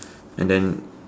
and then